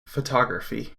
photography